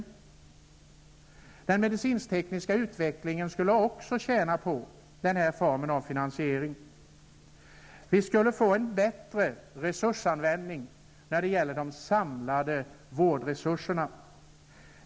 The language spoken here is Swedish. Även den medicinsk-tekniska utvecklingen skulle tjäna på denna form av finansiering. Vi skulle få en bättre resursanvändning när det gäller de samlade vårdresurserna.